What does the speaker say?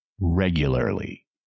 regularly